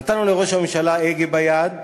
נתנו לראש הממשלה הגה ביד,